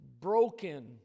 broken